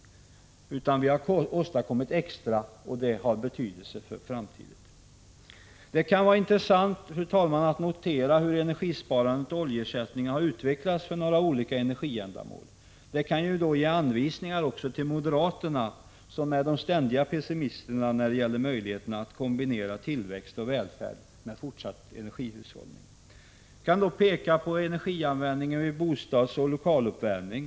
Vi har åstadkommit något extra, och det har betydelse för framtiden. Det kan vara intressant, fru talman, att notera hur energisparande och oljeersättning utvecklats för några olika energiändamål. Det kan ju också ge Prot. 1985/86:124 anvisningar till moderaterna, som är de ständiga pessimisterna när det gäller möjligheterna att kombinera tillväxt och välfärd med fortsatt energihushållning. Jag kan då peka på energianvändningen vid bostadsoch lokaluppvärmning.